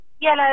yellow